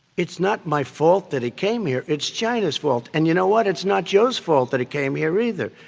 it's not my fault that it came here. it's china's fault. and you know what? it's not joe's fault that it came here either.